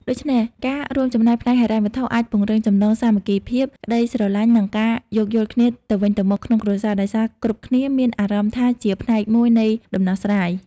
ដូច្នេះ ការរួមចំណែកផ្នែកហិរញ្ញវត្ថុអាចពង្រឹងចំណងសាមគ្គីភាព ក្ដីស្រឡាញ់ និងការយោគយល់គ្នាទៅវិញទៅមកក្នុងគ្រួសារ ដោយសារគ្រប់គ្នាមានអារម្មណ៍ថាជាផ្នែកមួយនៃដំណោះស្រាយ។